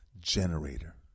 generator